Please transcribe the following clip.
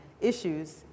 issues